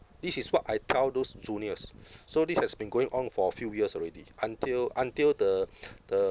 this is what I tell those juniors so this has been going on for a few years already until until the the